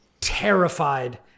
terrified